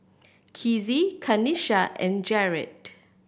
Kizzie Kanisha and Jered